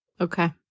Okay